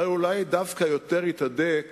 אבל אולי דווקא יותר התהדק